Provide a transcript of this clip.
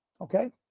Okay